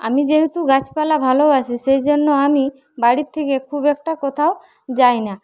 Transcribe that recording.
আমি যেহেতু গাছপালা ভালোবাসি সেই জন্য আমি বাড়ির থেকে খুব একটা কোথাও যাইনা